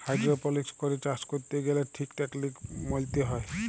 hydroponics করে চাষ ক্যরতে গ্যালে ঠিক টেকলিক মলতে হ্যয়